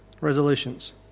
resolutions